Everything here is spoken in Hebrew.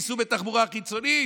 תיסעו בתחבורה חיצונית.